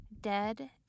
Dead